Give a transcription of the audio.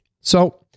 So-